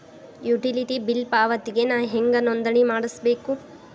Utility bill ಪಾವತಿಗೆ ನಾ ಹೆಂಗ್ ನೋಂದಣಿ ಮಾಡ್ಸಬೇಕು?